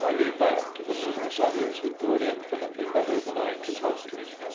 i leave that to the numerous others who do it infinitely better than i could hope to,